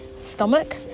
stomach